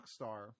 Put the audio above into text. Rockstar –